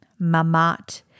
Mamat